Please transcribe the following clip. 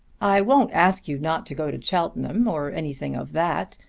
i won't ask you not to go to cheltenham, or anything of that.